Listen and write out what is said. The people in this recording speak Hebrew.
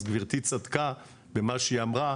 אז גברתי צדקה במה שהיא אמרה